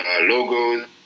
logos